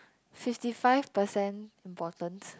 fifty five percent important